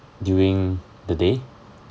during the day